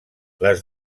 les